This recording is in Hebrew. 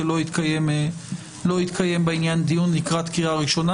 כי לא יתקיים בעניין דיון לקראת הקריאה הראשונה,